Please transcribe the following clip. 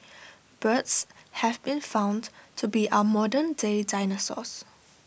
birds have been found to be our modernday dinosaurs